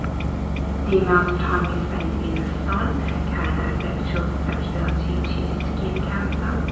the amount of time you spend in the sun can affect your susceptibility to skin cancer.